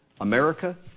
America